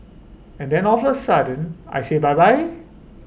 and then offer sudden I say bye bye